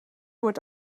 wordt